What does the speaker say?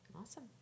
Awesome